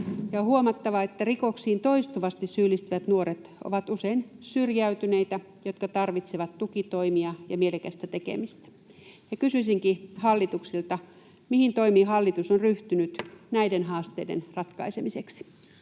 on huomattava, että rikoksiin toistuvasti syyllistyvät nuoret ovat usein syrjäytyneitä, jotka tarvitsevat tukitoimia ja mielekästä tekemistä. Kysyisinkin hallitukselta: mihin toimiin hallitus on ryhtynyt näiden haasteiden ratkaisemiseksi?